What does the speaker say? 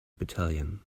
battalion